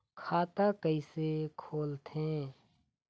खाता कइसे खोलथें?